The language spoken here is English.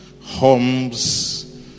homes